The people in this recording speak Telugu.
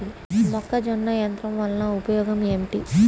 మొక్కజొన్న యంత్రం వలన ఉపయోగము ఏంటి?